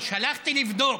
הלכתי לבדוק,